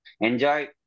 enjoy